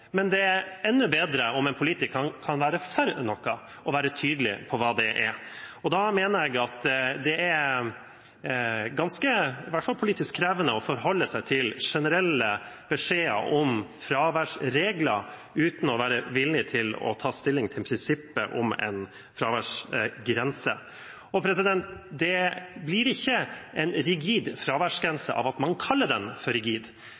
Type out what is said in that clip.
men det er enda bedre om en politiker kan være for noe og være tydelig på hva det er. Jeg mener at det er ganske politisk krevende å forholde seg til generelle beskjeder om fraværsregler uten å være villig til å ta stilling til prinsippet om en fraværsgrense. Det blir ikke en rigid fraværsgrense av at man kaller den for rigid.